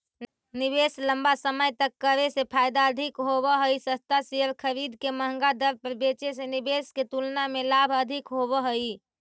निवेश लंबा समय तक करे से फायदा अधिक होव हई, सस्ता शेयर खरीद के महंगा दर पर बेचे से निवेश के तुलना में लाभ अधिक होव हई